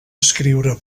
escriure